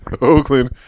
Oakland